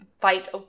fight